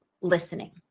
listening